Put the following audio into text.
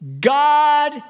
God